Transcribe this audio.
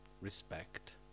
respect